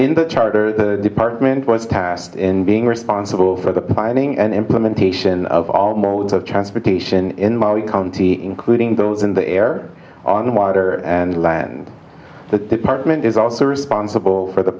in the charter the department was tasked in being responsible for the planning and implementation of all modes of transportation in my county including those in the air on water and land so the department is also responsible for the